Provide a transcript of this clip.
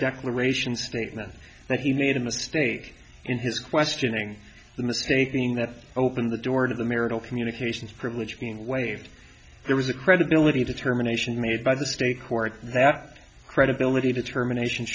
declaration statement that he made a mistake in his questioning the mistaking that opened the door to the marital communications privilege being waived there was a credibility determination made by the state court that credibility determination